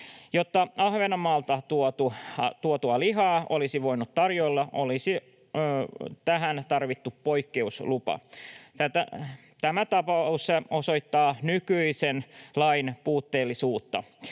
Jotta Ahvenanmaalta tuotua lihaa olisi voinut tarjoilla, olisi tähän tarvittu poikkeuslupa. Tämä tapaus osoittaa nykyisen lain puutteellisuutta.